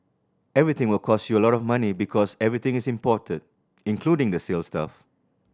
everything will cost you a lot of money because everything is imported including the sales staff